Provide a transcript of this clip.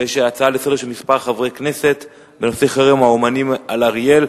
ויש הצעה לסדר-היום של כמה חברי כנסת בנושא חרם האמנים על אריאל.